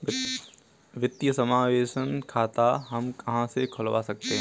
वित्तीय समावेशन खाता हम कहां से खुलवा सकते हैं?